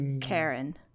Karen